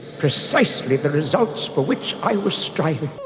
precisely the results for which i was striving.